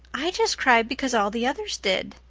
i just cried because all the others did.